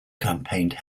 campaigned